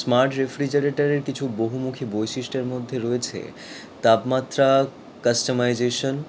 smart রেফ্রিজারেটারের কিছু বহুমুখী বৈশিষ্ট্যের মধ্যে রয়েছে তাপমাত্রা কাস্টোমাইজেশান